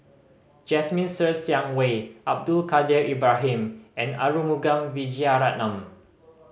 Jasmine Ser Xiang Wei Abdul Kadir Ibrahim and Arumugam Vijiaratnam